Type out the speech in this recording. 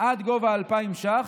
עד גובה 2,000 ש"ח,